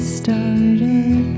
started